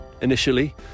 initially